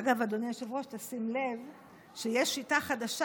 אגב, אדוני היושב-ראש, תשים לב שיש שיטה חדשה,